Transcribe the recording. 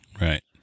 Right